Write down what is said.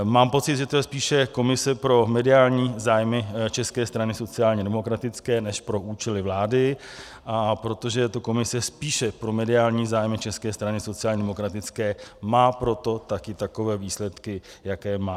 Mám pocit, že to je spíše komise pro mediální zájmy České strany sociálně demokratické než pro účely vlády, a protože je to komise spíše pro mediální zájmy České strany sociálně demokratické, má proto také takové výsledky, jaké má.